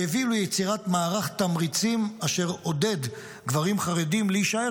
שהביאו ליצירת מערך תמריצים אשר עודד גברים חרדים להישאר